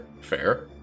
Fair